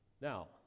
Now